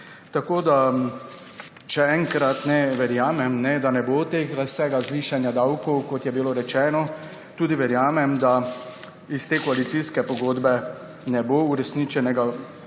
vojna? Še enkrat. Verjamem, da ne bo vsega tega zvišanja davkov, kot je bilo rečeno, tudi verjamem, da iz te koalicijske pogodbe ne bo uresničenega vsega.